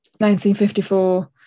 1954